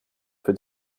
für